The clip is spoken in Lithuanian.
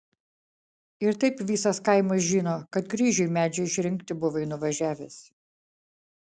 ir taip visas kaimas žino kad kryžiui medžio išrinkti buvai nuvažiavęs